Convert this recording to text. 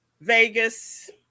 Vegas